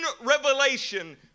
revelation